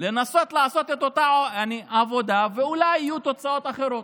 לנסות לעשות את אותה עבודה ואולי יהיו תוצאות אחרות.